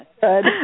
good